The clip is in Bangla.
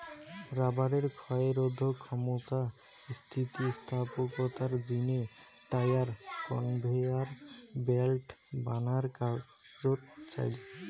রবারের ক্ষয়রোধক ক্ষমতা, স্থিতিস্থাপকতার জিনে টায়ার, কনভেয়ার ব্যাল্ট বানার কাজোত চইল